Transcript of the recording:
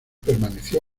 permaneció